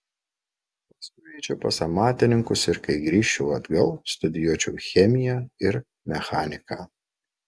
paskui eičiau pas amatininkus ir kai grįžčiau atgal studijuočiau chemiją ir mechaniką